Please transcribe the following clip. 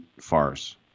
farce